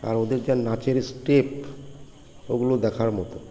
আর ওদের যা নাচের স্টেপ ওগুলো দেখার মতো